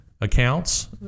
accounts